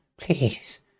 please